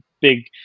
big